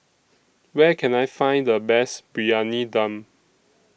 Where Can I Find The Best Briyani Dum